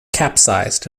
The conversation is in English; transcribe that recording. capsized